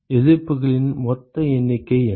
எதிர்ப்புகளின் மொத்த எண்ணிக்கை என்ன